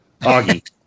Augie